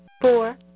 Four